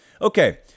Okay